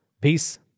Peace